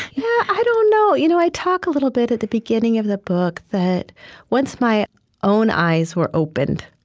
yeah. i don't know. you know i talk a little a bit at the beginning of the book that once my own eyes were opened,